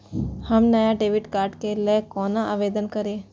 हम नया debit card के लल कौना आवेदन करि?